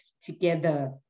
together